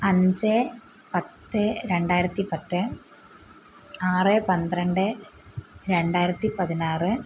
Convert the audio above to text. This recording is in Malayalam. അഞ്ച് പത്ത് രണ്ടായിരത്തി പത്ത് ആറ് പന്ത്രണ്ട് രണ്ടായിരത്തി പതിനാറ്